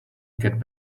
get